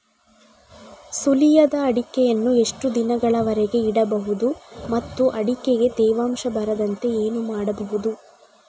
ಸುಲಿಯದ ಅಡಿಕೆಯನ್ನು ಎಷ್ಟು ದಿನಗಳವರೆಗೆ ಇಡಬಹುದು ಮತ್ತು ಅಡಿಕೆಗೆ ತೇವಾಂಶ ಬರದಂತೆ ಏನು ಮಾಡಬಹುದು?